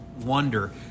wonder